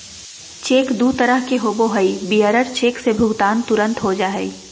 cheque दू तरह के होबो हइ, बियरर चेक से भुगतान तुरंत हो जा हइ